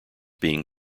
being